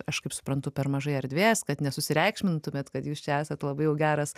aš kaip suprantu per mažai erdvės kad nesureikšmintumėt kad jūs čia esat labai jau geras